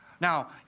Now